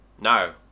No